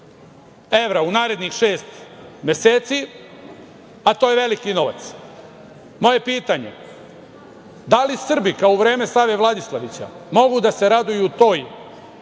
evra u narednih šest meseci, a to je veliki novac. Moje pitanje je da li Srbi kao u vreme Save Vladislavića mogu da se raduju tom